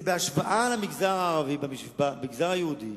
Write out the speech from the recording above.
בהשוואה למגזר הערבי, במגזר היהודי,